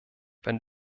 wenn